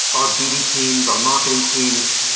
our bd teams, our marketing teams,